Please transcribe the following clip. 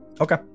Okay